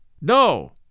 No